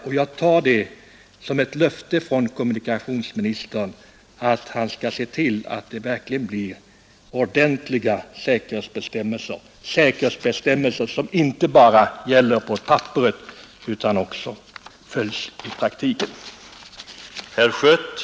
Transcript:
Jag betraktar det som ett löfte från kommunikationsministern att han skall se till att man verkligen får ordentliga säkerhetsbestämmelser, bestämmelser som inte bara gäller på papperet utan också följs i praktisk handling.